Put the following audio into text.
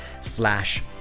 slash